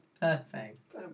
Perfect